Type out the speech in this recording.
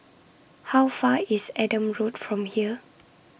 How Far IS Adam Road from here